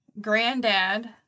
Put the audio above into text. granddad